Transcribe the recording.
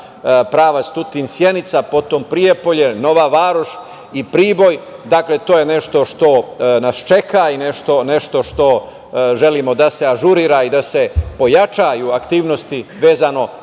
pravac Tutin, Sjenica, potom Prijepolje, Nova Varoš i Priboj. To je nešto što nas čeka i nešto što želimo da se ažurira i da se pojačaju aktivnosti vezano